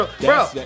Bro